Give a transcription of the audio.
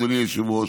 אדוני היושב-ראש,